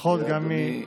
ברכות גם ממני.